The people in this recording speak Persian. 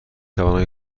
توانم